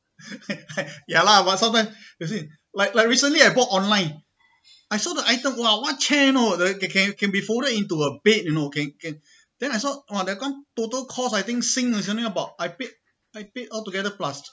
ya lah but sometimes you see like like recently I bought online I saw the item !wah! what chair you know the can can be folded into a bed you know can can then I saw !wah! the come total cost I think sing is only about I paid I paid altogether plus